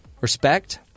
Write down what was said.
respect